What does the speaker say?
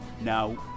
now